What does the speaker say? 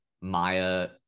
Maya